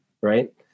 right